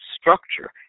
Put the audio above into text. structure